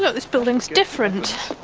this building's different,